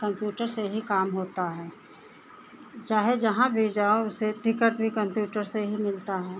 computer से ही काम होता है चाहे जहाँ भी जाओ उसे टिकट भी कंप्यूटर से ही मिलता है